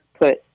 put